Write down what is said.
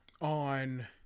on